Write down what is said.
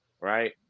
right